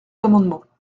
amendements